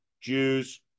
Jews